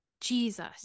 Jesus